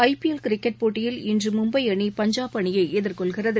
IPL cricket போட்டியில் இன்று மும்பை அணி பஞ்சாப் அணியை எதிர்கொள்கிறது